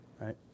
right